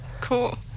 cool